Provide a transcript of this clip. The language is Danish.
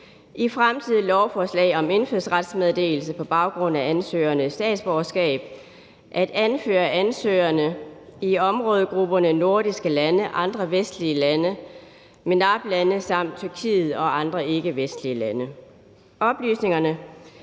i fremtidige lovforslag om indfødsrets meddelelse på baggrund af ansøgerens statsborgerskab at anføre ansøgerne i områdegrupperne nordiske lande, andre vestlige lande, MENAP-lande samt Tyrkiet og andre ikke-vestlige lande.« Oplysningerne